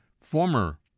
former